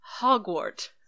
hogwart